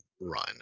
run